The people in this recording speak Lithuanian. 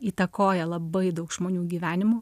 įtakoja labai daug žmonių gyvenimų